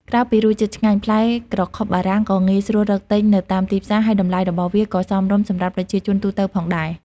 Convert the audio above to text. ក្រៅពីរសជាតិឆ្ងាញ់ ផ្លែក្រខុបបារាំងក៏ងាយស្រួលរកទិញនៅតាមទីផ្សារ ហើយតម្លៃរបស់វាក៏សមរម្យសម្រាប់ប្រជាជនទូទៅផងដែរ។